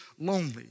lonely